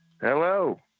Hello